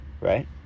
Right